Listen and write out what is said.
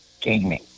gaming